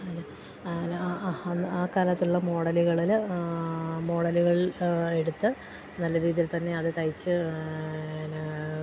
ആല് ആല അന്ന് ആ കാലത്തുള്ള മോഡലുകളിൽ മോഡലുകൾ എടുത്ത് നല്ല രീതിയിൽ തന്നെ അത് തയ്ച്ച്